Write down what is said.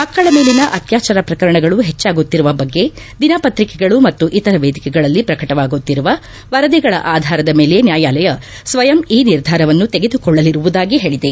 ಮಕ್ಕಳ ಮೇಲಿನ ಅತ್ಯಾಚಾರ ಪ್ರಕರಣಗಳು ಹೆಚ್ಚಾಗುತ್ತಿರುವ ಬಗ್ಗೆ ದಿನಪತ್ರಿಕೆಗಳು ಮತ್ತು ಇತರ ವೇದಿಕೆಗಳಲ್ಲಿ ಪ್ರಕಟವಾಗುತ್ತಿರುವ ವರದಿಗಳ ಆಧಾರದ ಮೇಲೆ ನ್ಯಾಯಾಲಯ ಸ್ವಯಂ ಈ ನಿರ್ಧಾರವನ್ನು ತೆಗೆದುಕೊಳ್ಳಲಿರುವುದಾಗಿ ಹೇಳಿದೆ